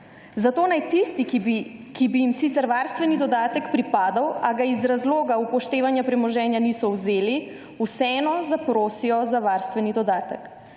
Zato naj tisti, ki bi jim sicer varstveni dodatek pripadal, a ga iz razloga upoštevanja premoženja niso vzeli, vseeno zaprosijo za varstveni dodatek.